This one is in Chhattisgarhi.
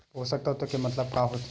पोषक तत्व के मतलब का होथे?